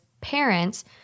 parents